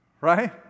Right